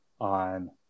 on